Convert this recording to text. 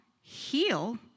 heal